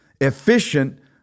efficient